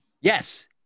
yes